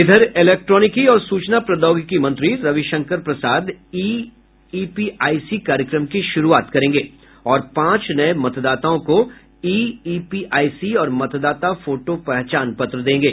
इधर इलेक्ट्रॉनिक्स और सूचना प्रौद्योगिकी मंत्री रवि शंकर प्रसाद ई ईपीआईसी कार्यक्रम की शुरूआत करेंगे और पांच नये मतदाताओं को ई ईपीआईसी और मतदाता फोटो पहचान पत्र देंगे